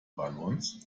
balloons